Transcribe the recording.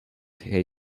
hij